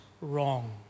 wrong